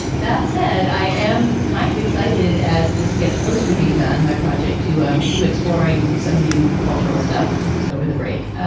that said, i am kind of excited as this gets closer to being done, my project to, um, to exploring some new cultural stuff over the break.